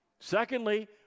Secondly